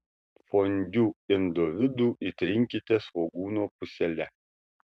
fondiu indo vidų įtrinkite svogūno pusele